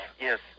Yes